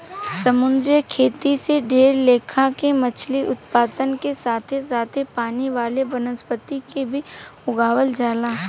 समुंद्री खेती से ढेरे लेखा के मछली उत्पादन के साथे साथे पानी वाला वनस्पति के भी उगावल जाला